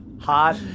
hot